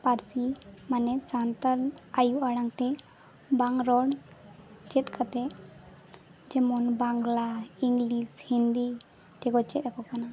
ᱯᱟᱹᱨᱥᱤ ᱢᱟᱱᱮ ᱥᱟᱱᱛᱟᱲ ᱟᱭᱳ ᱟᱲᱟᱝ ᱛᱮ ᱵᱟᱝ ᱨᱚᱲ ᱪᱮᱫ ᱠᱟᱛᱮ ᱡᱮᱢᱚᱱ ᱵᱟᱝᱞᱟ ᱤᱝᱞᱤᱥ ᱦᱤᱱᱫᱤ ᱛᱮᱠᱚ ᱪᱮᱫ ᱟᱠᱚ ᱠᱟᱱᱟ